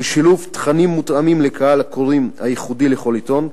בשילוב תכנים מתאימים לקהל הקוראים הייחודי לכל עיתון,